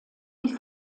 wie